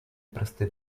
prsty